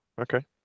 okay